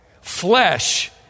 Flesh